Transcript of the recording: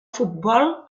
futbol